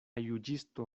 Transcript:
juĝisto